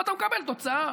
ואתה מקבל תוצאה.